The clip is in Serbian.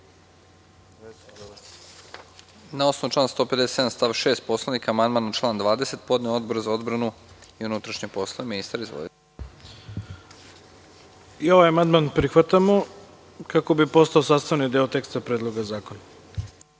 I ovaj amandman prihvatamo kako bi postao sastavni deo teksta Predloga zakona.